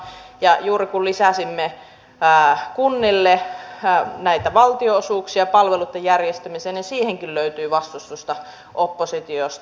ja juuri kun lisäsimme kunnille näitä valtionosuuksia palveluiden järjestämiseen siihenkin löytyy vastustusta oppositiosta